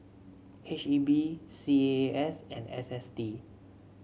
H E B C A A S and S S T